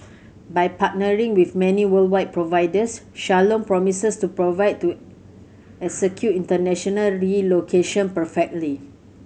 by partnering with many worldwide providers Shalom promises to provide to execute internationally relocation perfectly